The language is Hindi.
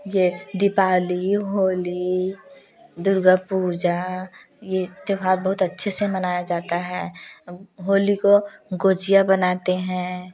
ये दीपावली होली दुर्गा पूजा ये त्योहार बहुत अच्छे से मनाया जाता है होली को गुजिया बनाते हैं